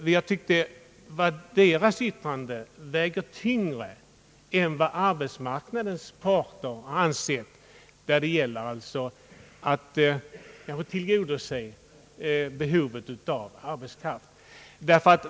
Vi tycker att de yttrandena väger tyngre än vad arbetsmarknadens parter anfört; för dem gäller det ju att tillgodose behovet av arbetskraft.